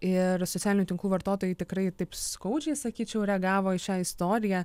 ir socialinių tinklų vartotojai tikrai taip skaudžiai sakyčiau reagavo į šią istoriją